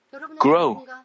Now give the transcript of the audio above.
grow